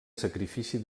sacrifici